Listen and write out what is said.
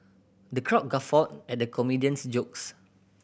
the crowd guffawed at the comedian's jokes